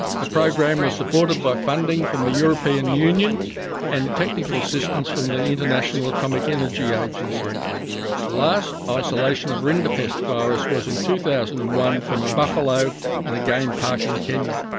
the program was supported by funding from the european union and technical assistance from the international atomic energy agency. the last isolation of rinderpest virus was in two thousand and one from a buffalo in a game park in kenya.